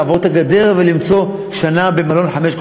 לעבור את הגדר ולמצוא שנה במלון חמישה